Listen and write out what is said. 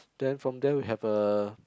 then from there we have a